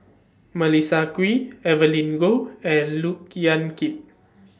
Melissa Kwee Evelyn Goh and Look Yan Kit